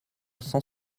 cent